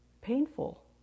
painful